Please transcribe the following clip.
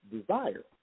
desire